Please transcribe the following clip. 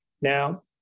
Now